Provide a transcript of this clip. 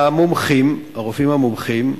הרופאים המומחים,